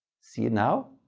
see it now?